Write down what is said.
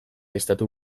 estatu